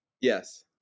yes